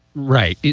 right. yeah